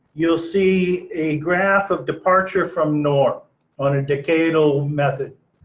you'll see a graph of departure from norm on a decadal method.